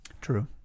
True